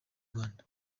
rwanda